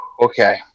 Okay